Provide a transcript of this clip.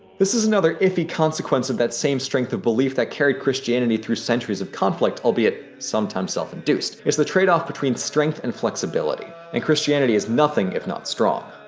this is another iffy consequence of that same strength of belief that carried christianity through centuries of conflict, albeit sometimes self-induced. it's the trade-off between strength and flexibility and christianity is nothing if not strong.